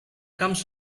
comes